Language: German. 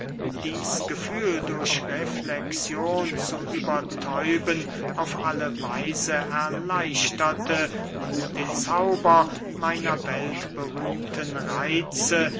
dieß gefühl durch reflexion zu übertäuben auf alle weise erleichterte und den zauber meiner weltberühmten reitze